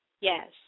Yes